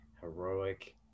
heroic